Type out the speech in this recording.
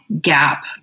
gap